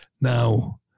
Now